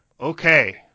Okay